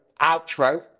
outro